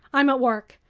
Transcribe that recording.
i'm at work.